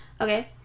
Okay